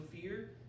fear